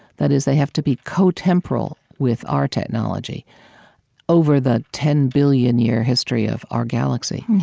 that is, they have to be co-temporal with our technology over the ten-billion-year history of our galaxy.